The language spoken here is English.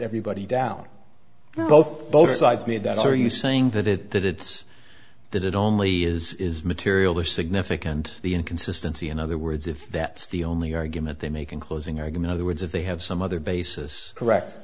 everybody down both both sides made that are you saying that it that it's that it only is is material or significant the inconsistency in other words if that's the only argument they make in closing argument other words if they have some other basis correct